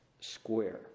square